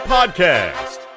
Podcast